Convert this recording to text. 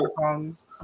songs